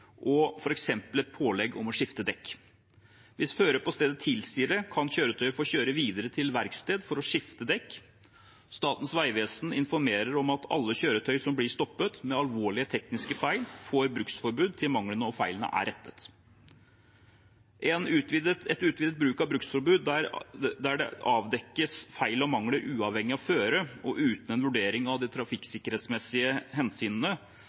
og f.eks. et pålegg om å skifte dekk. Hvis føret på stedet tilsier det, kan kjøretøyet få kjøre videre til verksted for å skifte dekk. Statens vegvesen informerer om at alle kjøretøy som blir stoppet med alvorlige tekniske feil, får bruksforbud til manglene og feilene er rettet. En utvidet bruk av bruksforbud der det avdekkes feil og mangler uavhengig av føre og uten en vurdering av de trafikksikkerhetsmessige hensynene